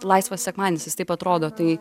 laisvas sekmadienis jis taip atrodo tai